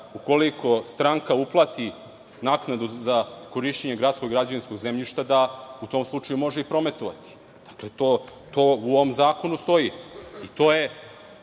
ukoliko stranka uplati naknadu za korišćenje gradskog građevinskog zemljišta da u tom slučaju može i prometovati. Dakle to stoji u ovom zakonu. Gde